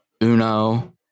Uno